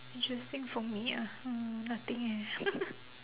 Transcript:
interesting for me uh hmm nothing eh